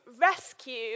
rescue